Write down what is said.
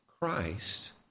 Christ